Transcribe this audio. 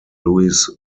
louis